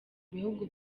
bihugu